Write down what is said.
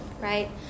right